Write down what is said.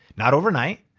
not overnight.